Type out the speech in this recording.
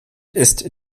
ist